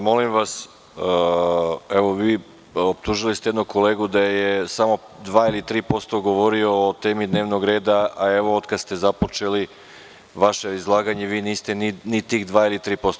Molim vas, evo, vi ste optužili jednog kolegu da je samo 2% ili 3% govorio o temi dnevnog reda, a evo od kad ste započeli vaše izlaganje, vi niste ni tih 2% ili 3%